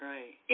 Right